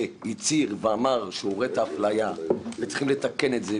שאמר שהוא רואה את האפליה ושצריכים לתקן את זה,